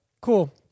Cool